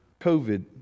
COVID